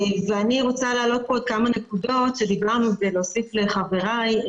ואני רוצה להעלות פה עוד כמה נקודות שדיברנו ולהוסיף לחבריי.